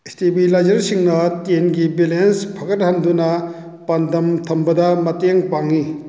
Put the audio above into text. ꯏꯁꯇꯦꯕꯤꯂꯥꯏꯖꯔꯁꯤꯡꯅ ꯇꯦꯟꯒꯤ ꯕꯦꯂꯦꯟꯁ ꯐꯒꯠꯍꯟꯗꯨꯅ ꯄꯥꯟꯗꯝ ꯊꯝꯕꯗ ꯃꯇꯦꯡ ꯄꯥꯡꯏ